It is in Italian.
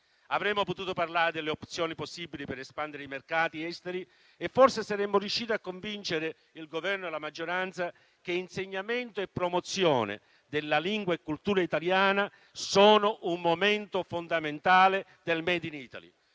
Avremmo potuto parlare delle opzioni possibili per espandere i mercati esteri e forse saremmo riusciti a convincere il Governo e la maggioranza che insegnamento e promozione della lingua e della cultura italiana sono un momento fondamentale del *made in Italy*;